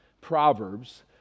Proverbs